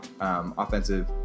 offensive